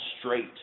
Straight